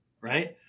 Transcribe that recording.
Right